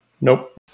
Nope